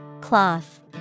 Cloth